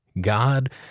God